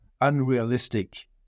unrealistic